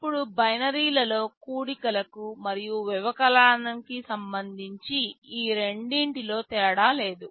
ఇప్పుడు బైనరీలో కూడికల కు మరియు వ్యవకలనానికి సంబంధించి ఈ రెండింటిలో తేడా లేదు